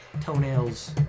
toenails